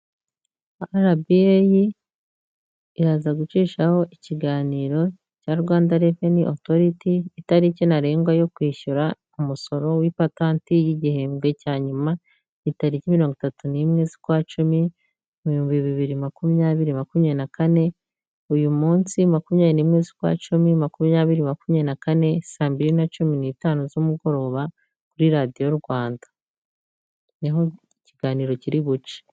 RBA iraza gucishaho ikiganiro cya Rwanda Revenue Authority itariki ntarengwa yo kwishyura umusoro w'ipatanti y'igihembwe cya nyuma ni tariki mirongo itatu n'imwe z'ukwa cumi mu bihumbi bibiri na makumyabiri na kane, uyu munsi makumyabiri n'imwe z'ukwa cumi makumyabiri makumya na kane saa mbiri na cumi n'itanu z'umugoroba, kuri radiyo Rwanda niho ikiganiro kiri buce.